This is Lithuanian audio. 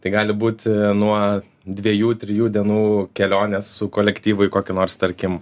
tai gali būti nuo dviejų trijų dienų kelionės su kolektyvu į kokį nors tarkim